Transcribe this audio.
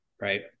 right